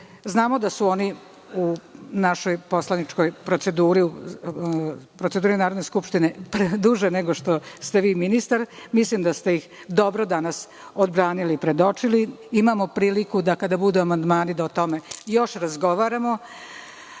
znamo da su oni u proceduri Narodne skupštine duže nego što ste vi ministar. Mislim da ste ih dobro danas odbranili i predočili. Imamo priliku kada budu amandmani da o tome još razgovaramo.